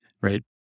right